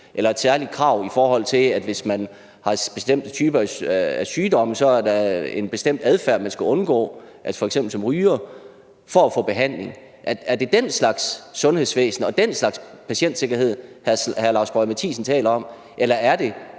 eller et særligt krav i forhold til bestemte typer af sygdomme, hvor der så kunne være en bestemt adfærd, man skal undgå, f.eks. som ryger, for at få behandling. Er det den slags sundhedsvæsen og den slags patientsikkerhed, hr. Lars Boje Mathiesen taler om, eller er det,